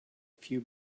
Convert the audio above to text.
few